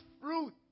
fruit